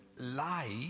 lie